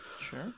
Sure